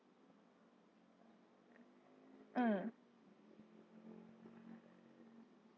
mm